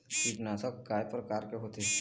कीटनाशक कय प्रकार के होथे?